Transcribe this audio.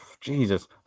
Jesus